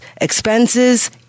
expenses